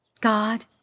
God